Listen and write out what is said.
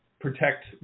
protect